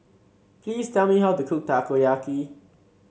please tell me how to cook Takoyaki